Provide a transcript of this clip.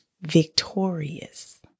victorious